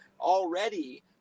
already